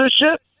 leadership